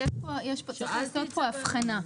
צריך לעשות פה הבחנה.